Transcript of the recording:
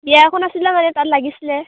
বিয়া এখন আছিলে মানে তাত লাগিছিলে